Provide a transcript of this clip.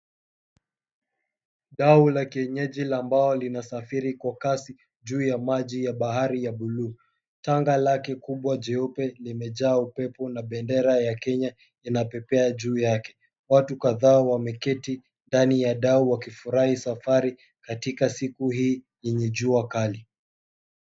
Dau la kienyeji la mbao linasafiri kwa kasi juu ya maji ya bahari ya buluu, tanga lake kubwa jeupe limejaa upepo na bendera ya Kenya inapepea juu yake. Watu kadhaa wameketi ndani ya dau wakifurahi safari katika siku hii yenye jua kali.